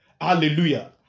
Hallelujah